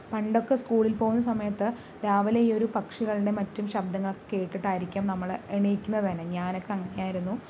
പണ്ടൊക്കെ സ്കൂളിൽ പോകുന്ന സമയത്ത് രാവിലെ ഈ ഒരു പക്ഷികളുടെ മറ്റും ശബ്ദങ്ങളൊക്കെ കേട്ടിട്ടായിരിക്കും നമ്മള് എണീക്കുന്നത് തന്നെ ഞാനൊക്കെ അങ്ങനെയായിരുന്നു